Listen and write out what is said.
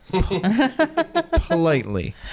politely